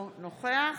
אינו נוכח